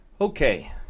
okay